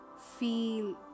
Feel